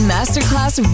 Masterclass